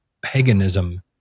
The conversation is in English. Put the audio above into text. paganism